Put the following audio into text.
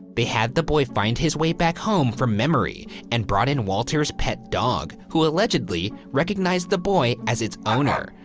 they had the boy find his way back home from memory and brought in walter's pet dog, who allegedly recognized the boy as it's owner.